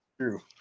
true